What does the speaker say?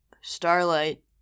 Starlight